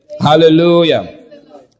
Hallelujah